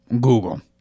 Google